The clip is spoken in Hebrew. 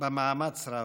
במאמץ רב.